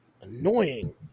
Annoying